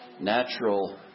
natural